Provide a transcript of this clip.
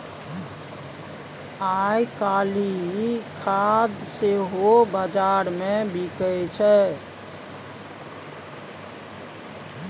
आयकाल्हि खाद सेहो बजारमे बिकय छै